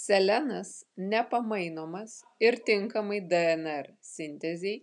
selenas nepamainomas ir tinkamai dnr sintezei